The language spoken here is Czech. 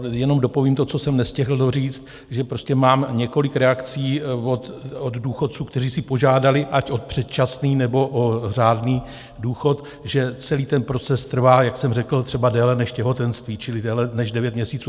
Jenom dopovím to, co jsem nestihl doříct, že mám několik reakcí od důchodců, kteří si požádali ať o předčasný, nebo o řádný důchod, že celý ten proces trvá, jak jsem řekl, třeba déle než těhotenství, čili déle než devět měsíců.